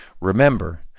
Remember